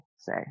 say